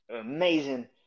amazing